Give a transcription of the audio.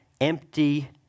empty